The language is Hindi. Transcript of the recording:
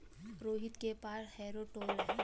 रोहित के पास हैरो टूल है